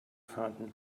fountain